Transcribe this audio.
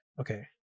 okay